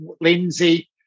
Lindsay